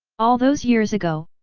all those years ago,